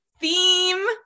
theme